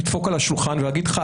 לדפוק על השולחן ולהגיד לך,